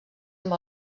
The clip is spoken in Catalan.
amb